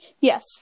Yes